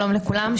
שלום לכולם,